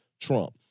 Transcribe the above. Trump